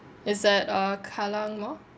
is at uh kallang mall